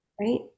right